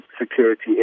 security